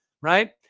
right